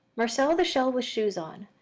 marcel the shell with shoes on.